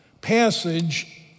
passage